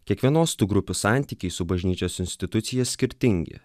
kiekvienos tų grupių santykiai su bažnyčios institucija skirtingi